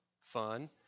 fun